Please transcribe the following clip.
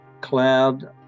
cloud